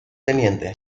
tte